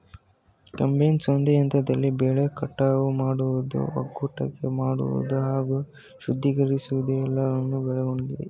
combines ಒಂದೇ ಯಂತ್ರದಲ್ಲಿ ಬೆಳೆ ಕಟಾವು ಮಾಡುವುದು ಒಕ್ಕಣೆ ಮಾಡುವುದು ಹಾಗೂ ಶುದ್ಧೀಕರಿಸುವುದು ಎಲ್ಲವನ್ನು ಒಳಗೊಂಡಿದೆ